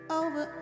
over